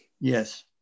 Yes